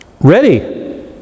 ready